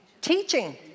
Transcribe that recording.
Teaching